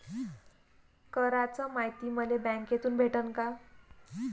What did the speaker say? कराच मायती मले बँकेतून भेटन का?